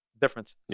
Difference